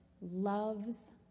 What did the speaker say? loves